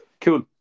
Cool